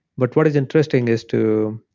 but what is interesting is to.